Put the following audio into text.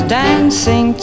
dancing